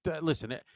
listen